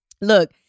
look